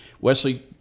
Wesley